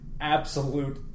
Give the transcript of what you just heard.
absolute